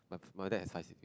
my dad has five sibling